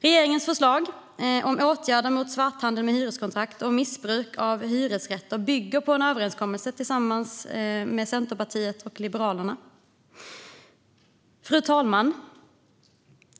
Regeringens förslag om åtgärder mot svarthandel med hyreskontrakt och missbruk av hyresrätter bygger på en överenskommelse med Centerpartiet och Liberalerna. Fru talman!